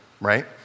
right